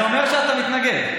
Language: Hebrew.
זה אומר שאתה מתנגד.